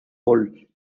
gol